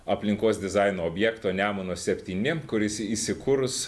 aplinkos dizaino objekto nemuno septyni kuris įsikurs